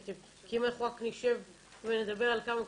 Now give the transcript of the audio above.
אם אנשים לא רואים,